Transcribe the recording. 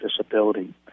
disability